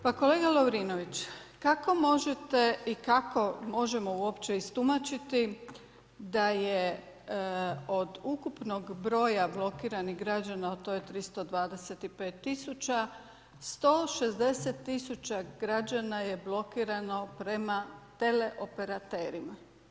Pa kolega Lovrinović, kako možete i kako možemo uopće istumačiti da je od ukupnog broja blokiranih građana, a to je 325 tisuća, 160 tisuća građana je blokirano prema teleoperaterima.